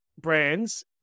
brands